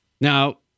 Now